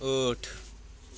ٲٹھ